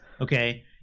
Okay